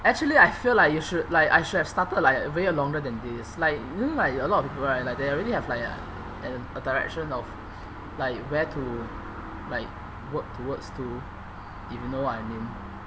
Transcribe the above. actually I feel like you should like I should have started like very longer than this like you know like a lot of people right like they already have like a an a direction of like where to like work towards to if you know what I mean